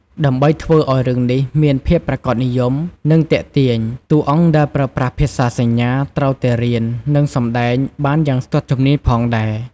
ដើម្បីធ្វើឱ្យរឿងនេះមានភាពប្រាកដនិយម និងទាក់ទាញ តួអង្គដែលប្រើប្រាស់ភាសាសញ្ញាត្រូវតែរៀន និងសម្ដែងបានយ៉ាងស្ទាត់ជំនាញផងដែរ ។